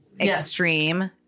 extreme